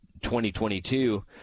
2022